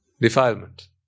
defilement